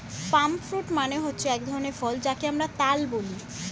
পাম fruit মানে হচ্ছে এক ধরনের ফল যাকে আমরা তাল বলি